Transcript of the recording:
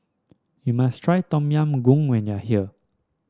you must try Tom Yam Goong when you are here